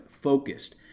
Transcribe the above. focused